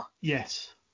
yes